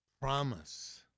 promise